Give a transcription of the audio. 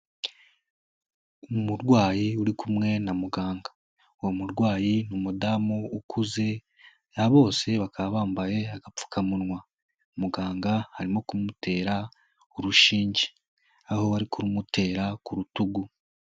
Umurwayi uri kumwe na muganga. Uwo murwayi n'umudamu ukuze, bose bakaba bambaye agapfukamunwa. Muganga arimo kumutera urushinge. Aho ari kurumutera ku rutugu.